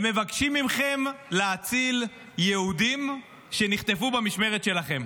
הם מבקשים מכם להציל יהודים שנחטפו במשמרת שלכם.